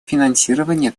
финансирование